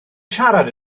siarad